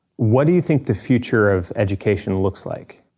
what do you think the future of education looks like?